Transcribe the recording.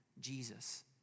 Jesus